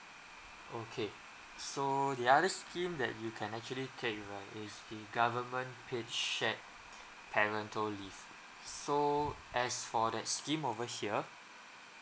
okay so the other scheme that you can actually take you are is the government paid shared parental leave so as for that scheme over here